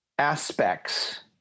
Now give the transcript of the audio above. aspects